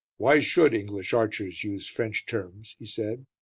why should english archers use french terms? he said.